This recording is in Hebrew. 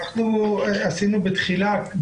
בבקשה.